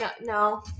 No